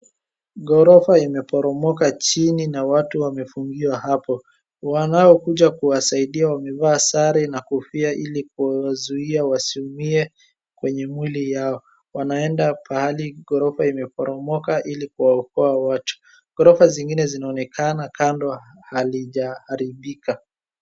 Ghorofa imeporomoka chini na watu wamefungiwa hapo. Wanaokuja kuwasaidia wamevaa sare na kofia ili kuwazuia wasiumie kwenye mwili yao. Wanaeda pahali ghorofa imeporomoka ili kuwaokoa watu. Ghorofa zingine zinaonekana kando halijaharibika.